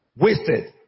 Wasted